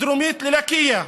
דרומית ללקיה,